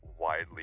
widely